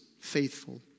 faithful